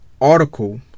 article